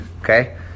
Okay